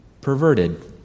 perverted